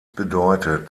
bedeutet